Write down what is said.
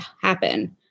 happen